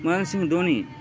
ಮಹೇನ್ಸಿಂಗ್ Dhoni